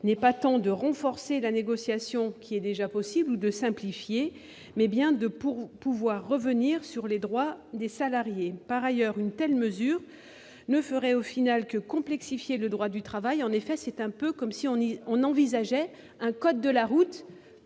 non pas de renforcer la négociation, laquelle est déjà possible, ou de la simplifier, mais bien de revenir sur les droits des salariés. Par ailleurs, une telle mesure ne ferait finalement que complexifier le droit du travail. En effet, c'est un peu comme si l'on envisageait un code de la route